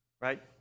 right